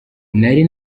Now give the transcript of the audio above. nari